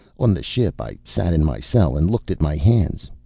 on the ship i sat in my cell and looked at my hands.